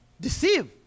deceive